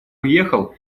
уехал